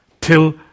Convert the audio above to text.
till